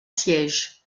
sièges